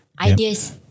ideas